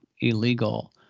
illegal